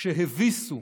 שהביסו